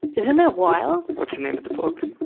isn't that wild? what's the name of the book?